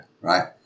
Right